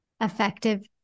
effective